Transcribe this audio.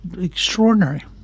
extraordinary